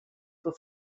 for